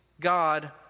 God